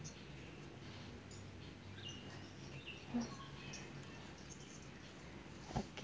mm okay